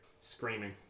Screaming